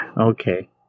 Okay